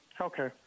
Okay